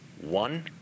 one